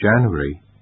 January